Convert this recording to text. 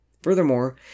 Furthermore